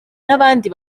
n’abandi